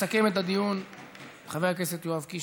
מסכם את הדיון חבר הכנסת יואב קיש.